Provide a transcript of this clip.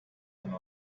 and